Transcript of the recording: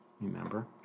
remember